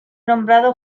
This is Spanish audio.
nombrado